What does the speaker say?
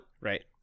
right